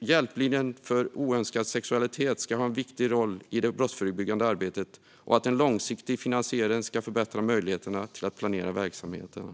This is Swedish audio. hjälplinjen för oönskad sexualitet ska ha en viktig roll i det brottsförebyggande arbetet och att en långsiktig finansiering ska förbättra möjligheterna att planera verksamheten.